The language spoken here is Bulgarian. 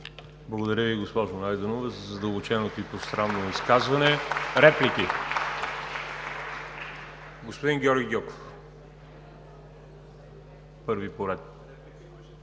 Благодаря Ви, госпожо Найденова, за задълбоченото и пространно изказване. Реплики? Господин Георги Гьоков, първи по ред.